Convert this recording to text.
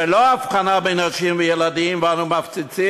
ללא הבחנה בין נשים וילדים, אנו מפציצים